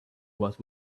what